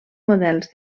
models